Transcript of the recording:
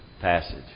passage